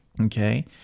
Okay